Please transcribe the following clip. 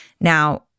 Now